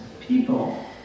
people